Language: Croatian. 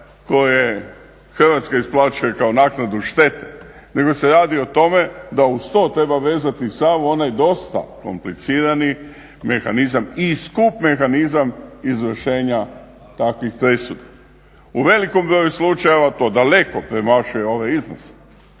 koje Hrvatska isplaćuje kao naknadu štete nego se radi o tome da uz to treba vezati sav onaj dosta komplicirani mehanizam i skup mehanizam izvršenja takvih presuda. U velikom broju slučajeva to daleko premašuje ove iznose,